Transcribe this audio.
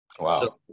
Wow